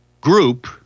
group